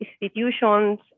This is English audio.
institutions